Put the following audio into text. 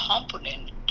component